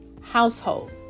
household